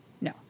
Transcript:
no